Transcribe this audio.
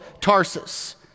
Tarsus